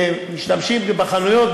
משתמשים בהם לחנויות,